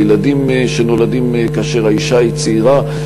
לילדים שנולדים כאשר האישה צעירה,